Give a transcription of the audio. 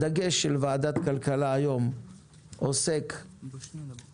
הדגש של ועדת כלכלה היום עוסק במעסיקים,